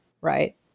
right